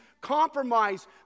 compromise